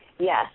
Yes